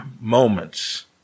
moments